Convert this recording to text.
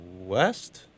West